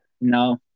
No